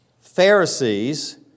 Pharisees